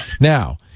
Now